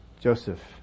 Joseph